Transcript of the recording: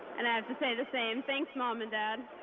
and i have to say the same. thanks, mom and dad.